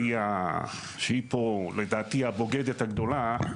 שהיא פה לדעתי "הבוגדת" הגדולה.